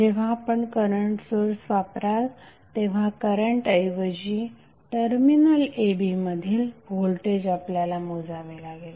जेव्हा आपण current source वापराल तेव्हा करंट ऐवजी टर्मिनल a b मधील व्होल्टेज आपल्याला मोजावे लागेल